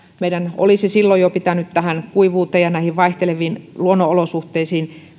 meidän olisi silloin jo pitänyt pystyä vastaamaan tähän kuivuuteen ja näihin vaihteleviin luonnonolosuhteisiin